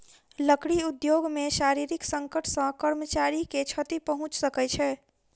लकड़ी उद्योग मे शारीरिक संकट सॅ कर्मचारी के क्षति पहुंच सकै छै